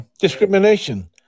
Discrimination